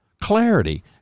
Clarity